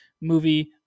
movie